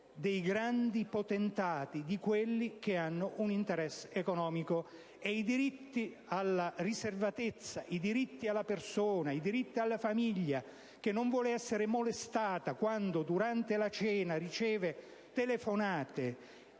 dei grandi potentati, di quelli che hanno un interesse economico. E i diritti alla riservatezza, i diritti della persona, i diritti dei cittadini, i diritti della famiglia (che non vuole essere molestata quando, durante la cena, riceve telefonate